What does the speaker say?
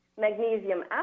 magnesium